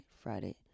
Friday